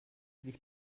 sich